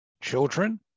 children